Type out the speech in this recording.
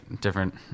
different